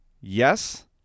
Yes